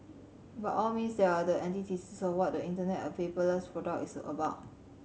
by all means they are the antithesis of what the Internet a paperless product is about